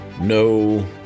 no